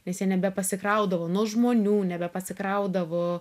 nes jie nebepasikraudavo nuo žmonių nebepasikraudavo